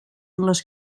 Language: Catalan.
les